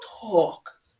talk